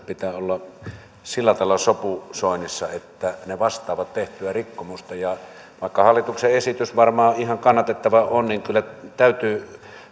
pitää olla sillä tavalla sopusoinnussa että ne vastaavat tehtyä rikkomusta ja vaikka hallituksen esitys varmaan ihan kannatettava on niin kyllä täytyy